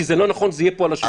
כי לא נכון שזה יהיה פה על השולחן.